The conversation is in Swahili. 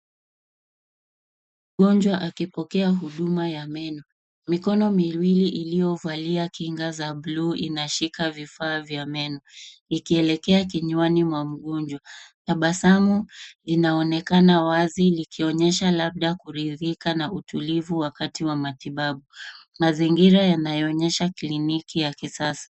Mgonjwa akipokea huduma ya meno. Mikono miwili iliyovalia king za buluu inashika vifaa vya meno ikielekea kinywani mwa mgonjwa. Tabasamu linaonekana wazi likionyesha labda kurudhika na utulivu wakati wa matibabu. Mazingira yanaonyesha kliniki ya kisasa.